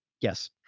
Yes